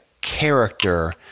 character